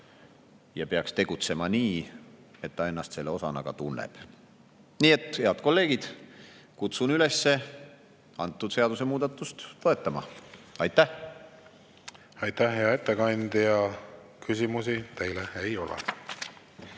ja peaks tegutsema nii, et ta ennast selle osana ka tunneb. Nii et, head kolleegid, kutsun üles seadusemuudatust toetama. Aitäh! Aitäh, hea ettekandja! Küsimusi teile ei ole.